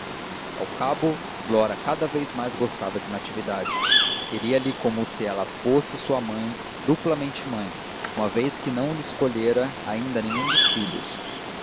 ao cabo flora cada vez gostava mais de natividade queria-lhe como se ela fosse sua mãe duplamente mãe uma vez que não escolhera ainda nenhum dos filhos